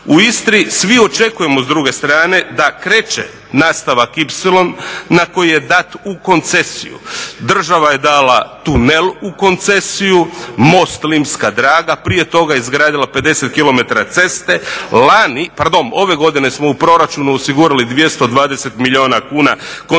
U Istri svi očekujemo s druge strane da kreće nastavak ipsilon koji je dat u koncesiju. Država je dala tunel u koncesiju, most Limska draga, prije toga je izgradila 50 km ceste, lani, pardon ove godine smo u proračunu osigurali 220 milijuna kuna koncesionaru